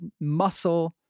muscle